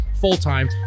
full-time